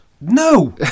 No